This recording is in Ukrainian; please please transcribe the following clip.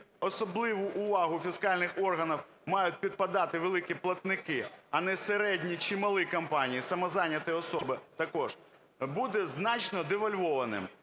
особливу увагу фіскальних органів мають підпадати великі платники, а не середні чи малі компанії, самозайняті особи також, буде значно девальвованим.